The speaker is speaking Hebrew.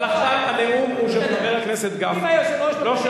אבל עכשיו הנאום הוא של חבר הכנסת גפני, ולא שלך.